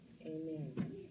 Amen